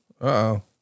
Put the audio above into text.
Uh-oh